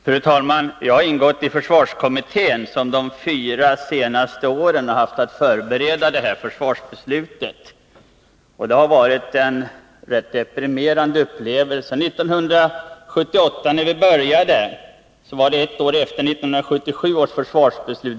Fru talman! Jag har ingått i försvarskommittén, som de fyra senaste åren har haft att förbereda detta försvarsbeslut. Det har varit en rätt deprimerande upplevelse. Vi började arbeta 1978, ett år efter 1977 års försvarsbeslut.